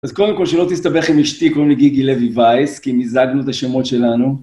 אז קודם כל, שלא תסתבך עם אשתי, קוראים לי גיגי לוי וייס, כי מזגנו את השמות שלנו.